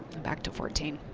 back to fourteen.